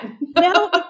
No